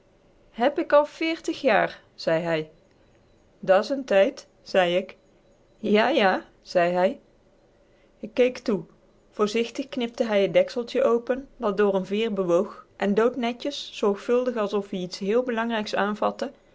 heb k al veertig jaar zei hij da's n tijd zei ik ja ja zei hij k keek toe voorzichtig knipte hij het dekseltje open dat door een veer bewoog en doodnetjes zorgvuldig alsof-ie iets heel belangrijks aanvatte